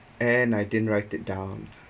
and I didn't write it down